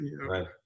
Right